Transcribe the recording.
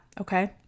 Okay